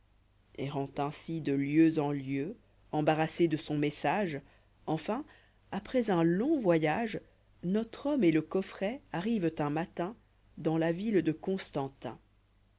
errant ainsi de lieux en lieux embarrassé de son message enfin après un long voyage notre homme et le coffret arrivent un matin dans la vine de constantin